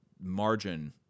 margin